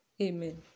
amen